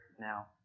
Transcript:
now